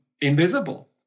invisible